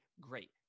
great